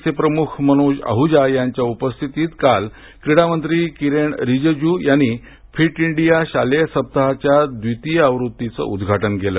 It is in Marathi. चे प्रमुख मनोज अहुजा यांच्या उपस्थितीत काल क्रीडामंत्री किरण रिजीजू यांनी फिट इंडिया शालेय सप्ताहाच्या द्वितीय आवृत्तीचं उद्घाटन केलं